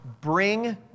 bring